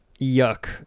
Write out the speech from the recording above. yuck